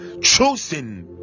chosen